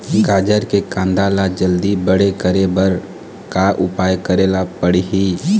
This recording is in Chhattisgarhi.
गाजर के कांदा ला जल्दी बड़े करे बर का उपाय करेला पढ़िही?